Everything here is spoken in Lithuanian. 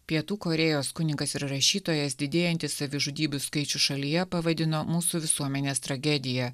pietų korėjos kunigas ir rašytojas didėjantį savižudybių skaičių šalyje pavadino mūsų visuomenės tragedija